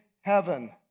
heaven